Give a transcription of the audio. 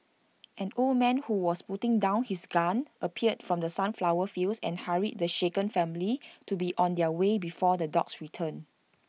an old man who was putting down his gun appeared from the sunflower fields and hurried the shaken family to be on their way before the dogs return